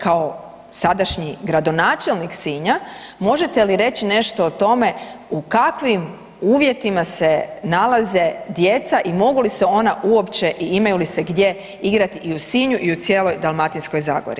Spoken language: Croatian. Kao sadašnji gradonačelnik Sinja možete li reći nešto o tome u kakvim uvjetima se nalaze djeca i mogu li se ona uopće i imaju li se gdje igrati i u Sinju i u cijeloj Dalmatinskoj zagori?